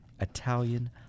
Italian